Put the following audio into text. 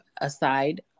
aside